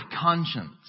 conscience